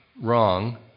wrong